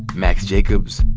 max jacobs,